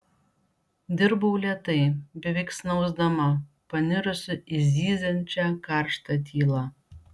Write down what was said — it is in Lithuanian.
dirbau lėtai beveik snausdama panirusi į zyziančią karštą tylą